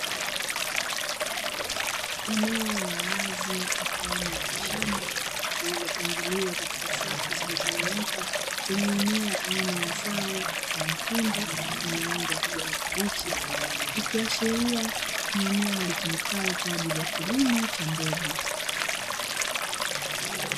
Eneo la wazi mfano wa shamba lililopangiliwa katika safu zilizonyooka zenye mimea wina ya zao la mahindi, ikiashiria kuwa ni eneo litumikalo kwa ajili ya kilimo cha mbegu.